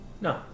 No